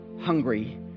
hungry